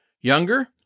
Younger